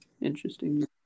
interesting